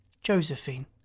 Josephine